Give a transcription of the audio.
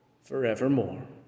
forevermore